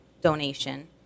donation